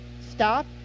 stop